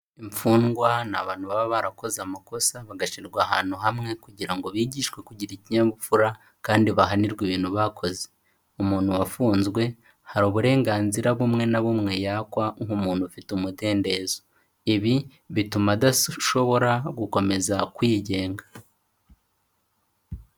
Imfungwa ni abantu baba barakoze amakosa bagashyirwa ahantu hamwe kugira ngo bigishwe kugira ikinyabupfura kandi bahanirwa ibintu bakoze, umuntu wafunzwe hari uburenganzira bumwe na bumwe yakwa nk'umuntu ufite umudendezo, ibi bituma adashobora gukomeza kwigenga.